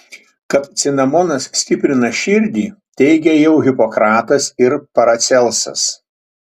kad cinamonas stiprina širdį teigė jau hipokratas ir paracelsas